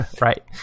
Right